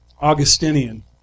Augustinian